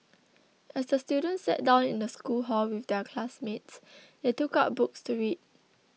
as the students sat down in the school hall with their classmates they took out books to read